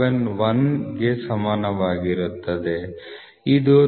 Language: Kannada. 571 ಗೆ ಸಮಾನವಾಗಿರುತ್ತದೆ ಇದು 39